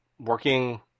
working